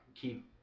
keep